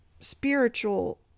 spiritual